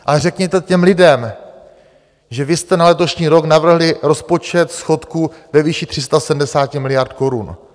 Ale řekněte těm lidem, že vy jste na letošní rok navrhli rozpočet schodku ve výši 370 miliard korun.